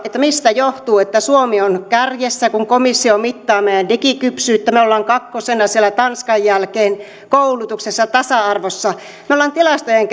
mistä johtuu että suomi on kärjessä kun komissio mittaa meidän digikypsyyttä me olemme kakkosena siellä tanskan jälkeen koulutuksessa tasa arvossa me olemme tilastojen